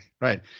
Right